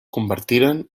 convertiren